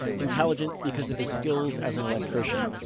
intelligent because of his skill as an electrician.